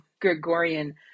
gregorian